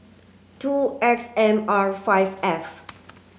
two X M R five F